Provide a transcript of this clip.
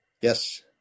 Yes